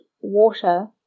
water